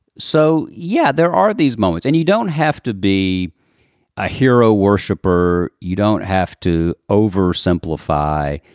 so, yeah, there are these moments. and you don't have to be a hero worshipper. you don't have to oversimplify.